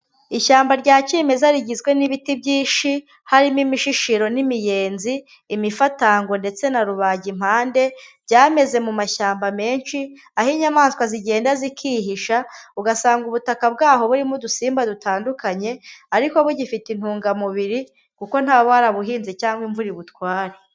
Ishyamba rya kimeza rigizwe n'ibiti byinshi, harimo imishishiro n'imiyenzi, imifatangwe ndetse na rubagimpande. Byameze mu mashyamba menshi, aho inyamaswa zigenda zikihisha, ugasanga ubutaka bwaho burimo udusimba dutandukanye, ariko bugifite intungamubiri kuko ntawuba warabuhinze, cyangwa ngo imvura ibutware.